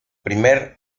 primer